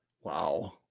Wow